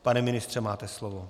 Pane ministře, máte slovo.